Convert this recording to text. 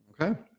Okay